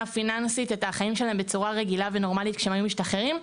פיננסית את החיים שלהם בצורה רגילה ונורמלית כשהם היו משתחררים,